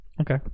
Okay